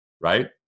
right